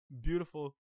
beautiful